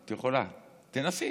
את יכולה, תנסי